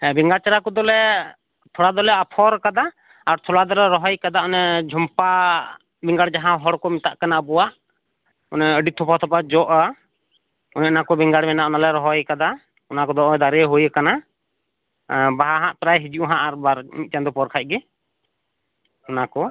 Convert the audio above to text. ᱦᱮᱸ ᱵᱮᱜᱟᱲ ᱪᱟᱨᱟ ᱠᱚᱫᱚ ᱞᱮ ᱛᱷᱚᱲᱟ ᱫᱚᱞᱮ ᱟᱯᱷᱚᱨ ᱠᱟᱫᱟ ᱟᱨ ᱛᱷᱚᱲᱟ ᱫᱚᱞᱮ ᱨᱚᱦᱚᱭ ᱠᱟᱫᱟ ᱚᱱᱮ ᱡᱷᱚᱢᱯᱟ ᱵᱮᱜᱟᱲ ᱡᱟᱦᱟᱸ ᱦᱚᱲ ᱠᱚ ᱢᱮᱛᱟᱜ ᱠᱟᱱᱟ ᱟᱵᱚᱣᱟ ᱚᱱᱟ ᱟᱹᱰᱤ ᱛᱷᱚᱯᱟ ᱛᱷᱚᱯᱟ ᱡᱚᱜᱼᱟ ᱚᱱᱮ ᱚᱱᱟ ᱠᱚ ᱵᱮᱜᱟᱲ ᱢᱮᱱᱟᱜᱼᱟ ᱚᱱᱟᱠᱚᱞᱮ ᱨᱚᱦᱚᱭ ᱠᱟᱫᱟ ᱚᱱᱟ ᱠᱚᱫᱚ ᱱᱚᱜᱼᱚᱭ ᱫᱟᱨᱮ ᱦᱳᱭ ᱟᱠᱟᱱᱟ ᱵᱟᱦᱟ ᱱᱟᱦᱟᱸᱜ ᱯᱨᱟᱭ ᱦᱤᱡᱩᱜᱼᱟ ᱵᱟᱨ ᱟᱨ ᱢᱤᱫ ᱪᱟᱸᱫᱚ ᱠᱷᱟᱱ ᱜᱮ ᱚᱱᱟ ᱠᱚ